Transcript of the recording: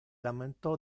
lamentò